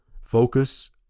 Focus